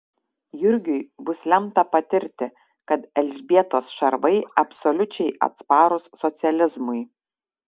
jurgiui bus lemta patirti kad elzbietos šarvai absoliučiai atsparūs socializmui